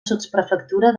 sotsprefectura